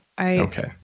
Okay